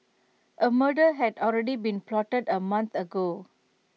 A murder had already been plotted A month ago